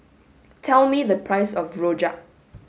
tell me the price of rojak